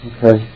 Okay